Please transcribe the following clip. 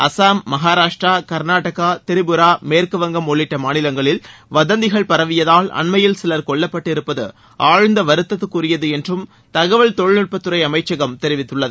அசாம் மகாராஷ்டிரா கர்நாடக திரிபுரா மேற்கு வங்கம் உள்ளிட்ட மாநிலங்களில் வதந்திகள் பரவியதால் அண்மையில் சிலர் கொல்லப்பட்டு இருப்பது ஆழ்ந்த அவருத்தத்திற்கு உரியது என்றும் தகவல்தொழில்நுட்பத்துறை அமைச்சகம் தெரிவித்துள்ளது